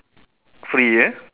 free eh